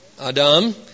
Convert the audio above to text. Adam